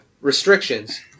restrictions